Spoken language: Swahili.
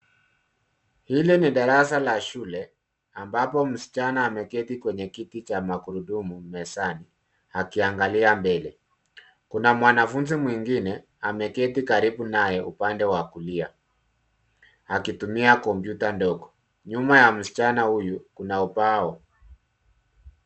Hili ni darasa la shule ambapo msichana ameketi kwenye kiti cha magurudumu mezani akiangalia mbele. Kuna mwanafunzi mwingine ameketi karibu naye upande wa kulia, akitumia kompyuta ndogo. Nyuma ya msichana huyu kuna ubao.